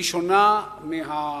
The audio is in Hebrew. והיא שונה מזו